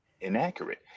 inaccurate